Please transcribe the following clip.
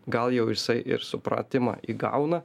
gal jau jisai ir supratimą įgauna